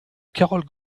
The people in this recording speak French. carole